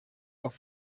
auf